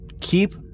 keep